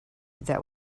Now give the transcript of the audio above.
that